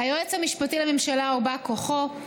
היועץ המשפטי לממשלה או בא כוחו,